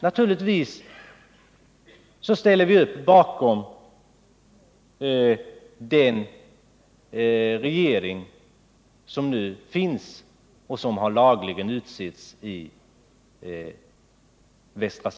Naturligtvis ställer vi oss bakom den regering som nu finns i Västra Sahara och som har lagligen utsetts.